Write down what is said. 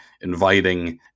inviting